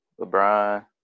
LeBron